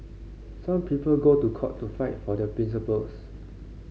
some people go to court to fight for their principles